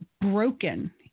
broken